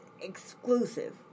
exclusive